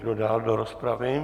Kdo dál do rozpravy?